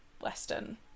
western